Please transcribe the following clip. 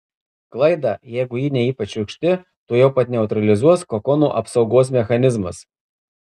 klaidą jeigu ji ne ypač šiurkšti tuojau pat neutralizuos kokono apsaugos mechanizmas